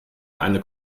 eine